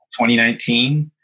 2019